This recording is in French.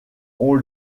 ont